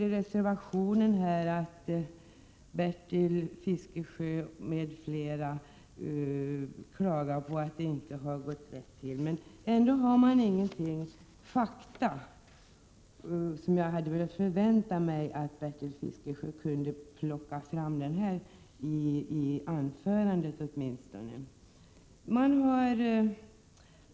I reservationen klagar Bertil Fiskesjö m.fl. över att det inte har gått rätt till, men ändå anför man inga fakta. Det hade jag väntat mig att Bertil Fiskesjö skulle kunna plocka fram, åtminstone i sitt anförande.